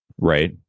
right